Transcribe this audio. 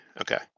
Okay